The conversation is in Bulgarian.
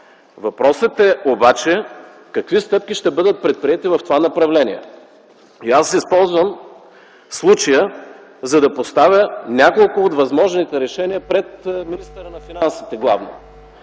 Въпросът обаче е какви стъпки ще бъдат предприети в това направление. И аз използвам случая, за да поставя няколко от възможните решения главно пред министъра на финансите.